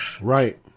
Right